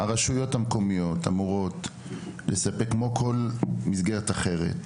הרשויות המקומיות אמורות לספק כמו כל מסגרת אחרת,